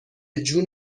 جون